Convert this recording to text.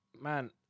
man